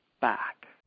back